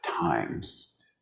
times